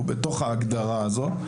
שנמצא בתוך ההגדרה הזאת,